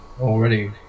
already